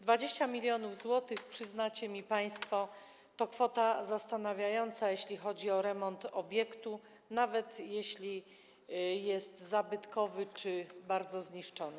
20 mln zł, przyznacie mi państwo, to kwota zastanawiająca, jeśli chodzi o remont obiektu, nawet jeśli jest zabytkowy czy bardzo zniszczony.